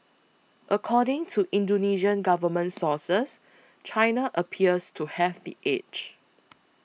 according to Indonesian government sources China appears to have the edge